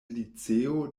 liceo